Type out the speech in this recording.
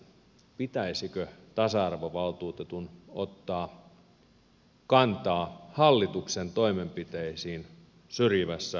pitäisikö tasa arvovaltuutetun ottaa kantaa hallituksen toimenpiteisiin syrjivässä perustuslain muutoksessa